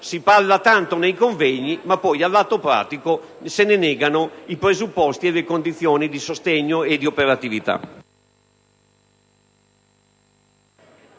si parli tanto nei convegni ma che poi, all'atto pratico, se ne neghino i presupposti e le condizioni di sostegno e di operatività.